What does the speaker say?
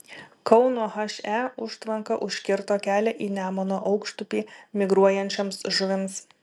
kauno he užtvanka užkirto kelią į nemuno aukštupį migruojančioms žuvims